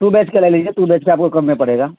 ٹ بیچ کے ل لیجیے ٹ بی کےپ کو کم میں پڑےا